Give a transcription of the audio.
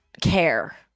care